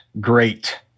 great